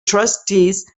trustees